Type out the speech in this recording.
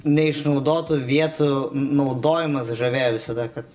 neišnaudotų vietų naudojimas žavėjo visada kad